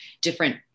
different